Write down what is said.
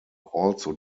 also